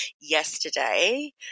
yesterday